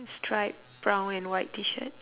stripe brown and white T-shirt